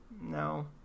no